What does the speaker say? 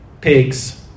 pigs